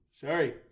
Sorry